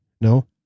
no